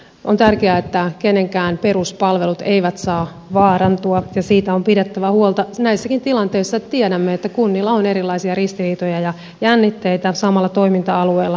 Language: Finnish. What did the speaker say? on tärkeää että kenenkään peruspalvelut eivät saa vaarantua ja siitä on pidettävä huolta näissäkin tilanteissa joissa tiedämme että kunnilla on erilaisia ristiriitoja ja jännitteitä samalla toiminta alueella